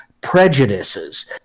prejudices